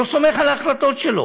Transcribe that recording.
לא סומך על ההחלטות שלו.